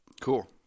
Cool